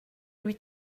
lui